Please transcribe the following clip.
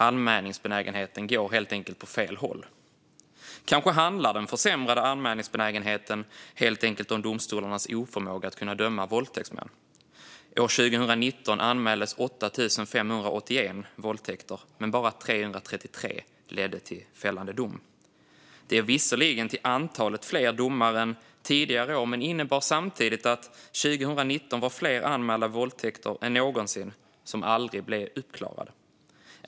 Anmälningsbenägenheten går helt enkelt åt fel håll. Kanske handlar den försämrade anmälningsbenägenheten helt enkelt om domstolarnas oförmåga att kunna döma våldtäktsmän. År 2019 anmäldes 8 581 våldtäkter, men bara 333 ledde till en fällande dom. Det är visserligen till antalet fler domar än tidigare år. Men det innebär samtidigt att det 2019 var fler anmälda våldtäkter än någonsin som aldrig blev uppklarade.